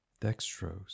Dextrose